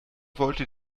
wollte